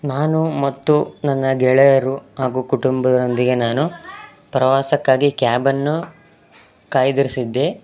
ನಾನು ಮತ್ತು ನನ್ನ ಗೆಳೆಯರು ಹಾಗೂ ಕುಟುಂಬದವರೊಂದಿಗೆ ನಾನು ಪ್ರವಾಸಕ್ಕಾಗಿ ಕ್ಯಾಬನ್ನು ಕಾಯ್ದಿರಿಸಿದ್ದೆ